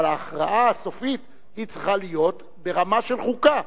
אבל ההכרעה הסופית צריכה להיות ברמה של חוקה.